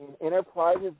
Enterprise's